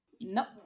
nope